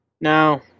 Now